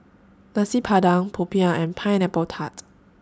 Nasi Padang Popiah and Pineapple Tart